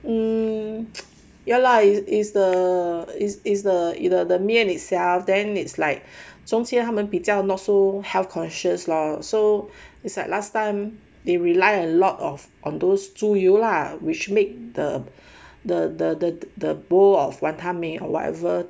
um ya lah is is the the the 面 itself uh then it's like 从前他们比较 not so health conscious lor so it's like last time they rely a lot of on those 猪油啦 which make the the the the bowl of wanton mee or whatever